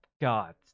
god